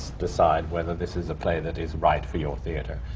decide whether this is a play that is right for your theatre.